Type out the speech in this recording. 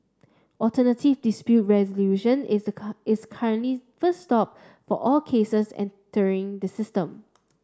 alternative dispute resolution is a is currently first stop for all cases entering the system